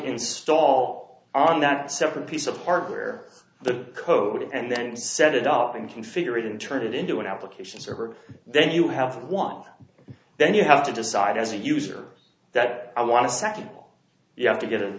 install on that separate piece of hardware the code and then set it up and configure it in turn it into an application server then you have won then you have to decide as a user that i want to set it you have to get